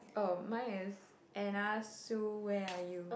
oh mine is Anna Sue where are you